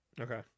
Okay